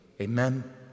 Amen